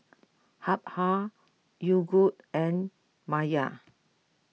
Habhal Yogood and Mayer